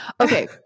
Okay